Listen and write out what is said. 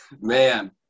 man